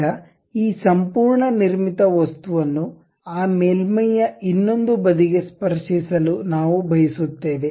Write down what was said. ಈಗ ಈ ಸಂಪೂರ್ಣ ನಿರ್ಮಿತ ವಸ್ತುವನ್ನು ಆ ಮೇಲ್ಮೈಯ ಇನ್ನೊಂದು ಬದಿಗೆ ಸ್ಪರ್ಶಿಸಲು ನಾವು ಬಯಸುತ್ತೇವೆ